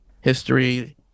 history